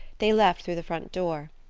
they left through the front door,